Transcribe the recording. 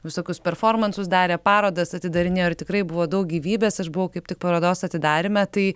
visokius performansus darė parodas atidarinėjo ir tikrai buvo daug gyvybės aš buvau kaip tik parodos atidaryme tai